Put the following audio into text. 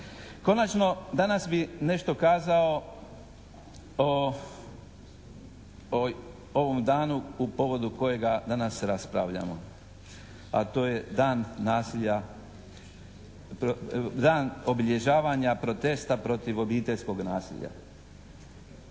Konačno, danas bi nešto kazao o ovom danu u povodu kojega danas raspravljamo a to je Dan obilježavanja protesta protiv obiteljskog nasilja.